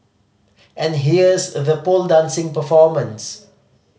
and here's the pole dancing performance